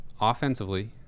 Offensively